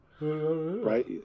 Right